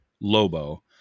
lobo